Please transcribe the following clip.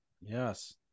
Yes